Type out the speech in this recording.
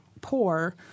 poor